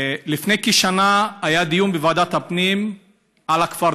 לפני כשנה היה דיון בוועדת הפנים על הכפר